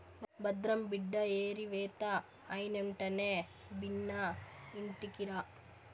భద్రం బిడ్డా ఏరివేత అయినెంటనే బిన్నా ఇంటికిరా